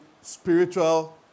spiritual